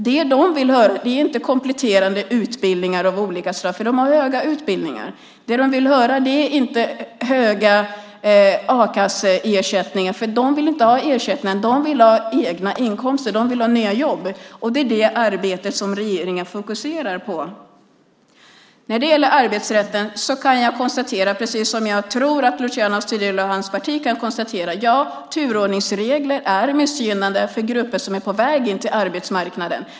Det de vill ha är inte kompletterande utbildningar av olika slag, för de har höga utbildningar. De vill inte höra om höga a-kasseersättningar, för de vill inte ha ersättningar. De vill ha egna inkomster. De vill ha nya jobb, och det är det arbetet som regeringen fokuserar på. När det gäller arbetsrätten kan jag konstatera, precis som jag tror att Luciano Astudillo och hans parti kan konstatera, att turordningsregler är missgynnande för grupper som är på väg in på arbetsmarknaden.